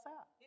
up